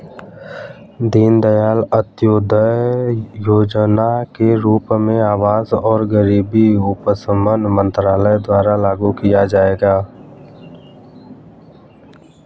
दीनदयाल अंत्योदय योजना के रूप में आवास और गरीबी उपशमन मंत्रालय द्वारा लागू किया जाएगा